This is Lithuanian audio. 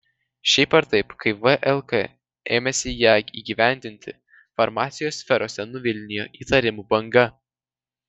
šiaip ar taip kai vlk ėmėsi ją įgyvendinti farmacijos sferose nuvilnijo įtarimų banga